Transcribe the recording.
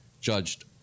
judged